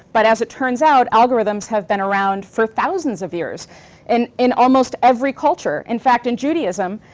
but as it turns out, algorithms have been around for thousands of years and in almost every culture. in fact, in judaism,